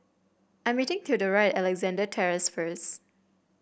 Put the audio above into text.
I am meeting Theodora at Alexandra Terrace first